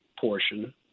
portion